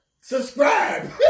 Subscribe